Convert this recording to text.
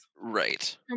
right